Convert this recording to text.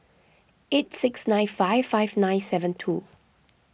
eight six nine five five nine seven two